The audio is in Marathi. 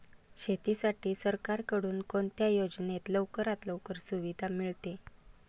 शेतीसाठी सरकारकडून कोणत्या योजनेत लवकरात लवकर सुविधा मिळते?